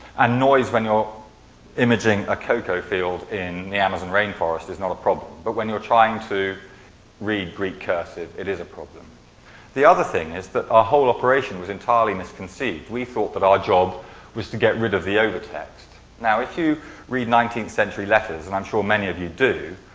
and noise when you're imaging a cocoa field in the amazon rain forest is not a problem. but when you're trying to read greek cursive, it is important. the other thing is that our ah whole operation was entirely misconceived. we thought that our job was to get rid of the over text. now if you read nineteenth century letters and i'm sure many of you do,